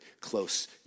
close